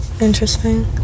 Interesting